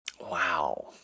Wow